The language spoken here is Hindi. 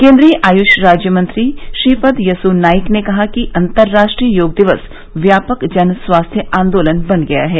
केन्द्रीय आयुष राज्य मंत्री श्रीपद यसो नाइक ने कहा है कि अंतरराष्ट्रीय योग दिवस व्यापक जन स्वास्थ्य आंदोलन बन गया है